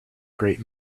great